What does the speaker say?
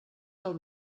del